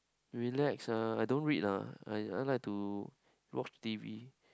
relax lah I don't read lah I I like to watch T_V